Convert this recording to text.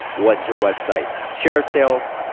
what's your website? shareasale,